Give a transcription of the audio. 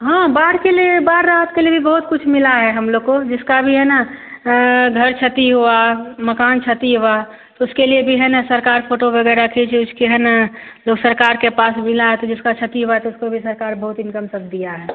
हाँ बाढ़ के लिए बाढ़ राहत के लिए बहुत कुछ मिला है हमलोग को जिसका भी है ना घर की क्षति हुई है मकान की क्षति हुई उसके लिए भी है ना सरकार फोटो वगैरह खीच उचकर है ना वह सरकार के पास मिला है तो जिसकी क्षति हुई तो उसको भी सरकार बहुत इनकम सब दिया है